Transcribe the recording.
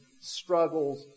struggles